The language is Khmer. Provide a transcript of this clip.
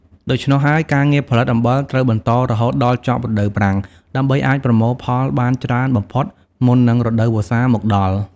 ដូច្នោះហើយ ការងារផលិតអំបិលត្រូវបន្តរហូតដល់ចប់រដូវប្រាំងដើម្បីអាចប្រមូលផលបានច្រើនបំផុតមុននឹងរដូវវស្សាមកដល់។